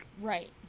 Right